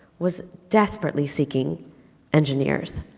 was desperately seeking engineers,